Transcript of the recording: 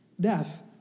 Death